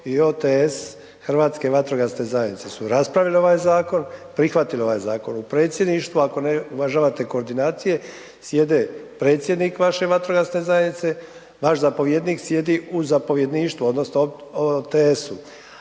i OTS Hrvatske vatrogasne zajednice su raspravile ovaj zakon, prihvatile ovaj zakon u predsjedništvu, ako ne uvažavate koordinacije, sjede predsjednik vaše vatrogasne zajednice, vaš zapovjednik sjedi u zapovjedništvu odnosno OTS-u,